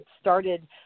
started –